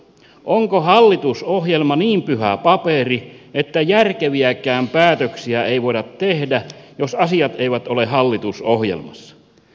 onko hallitusohjelma niin pyhä paperi että järkeviäkään päätöksiä ei voida tehdä jos asiat eivät ole hallitusohjelmassa